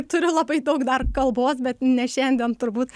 turiu labai daug dar kalbos bet ne šiandien turbūt